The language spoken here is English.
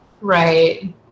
Right